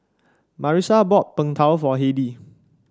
Marisa bought Png Tao for Heidi